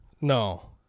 No